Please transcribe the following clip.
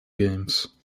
games